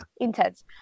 intense